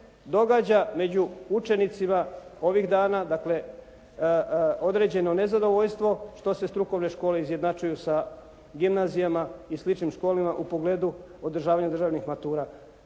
događa među učenicima ovih dana, dakle određeno nezadovoljstvo što se strukovne škole izjednačuju sa gimnazijama i sličnim školama u pogledu državnih matura.